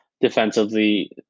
Defensively